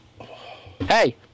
Hey